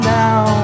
now